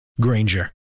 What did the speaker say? Granger